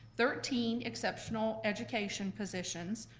thirteen exceptional education positions,